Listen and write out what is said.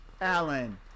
Allen